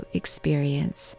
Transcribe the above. experience